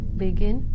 begin